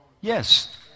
Yes